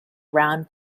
round